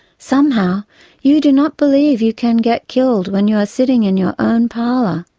somehow you do not believe you can get killed when you are sitting in your own parlour,